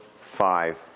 five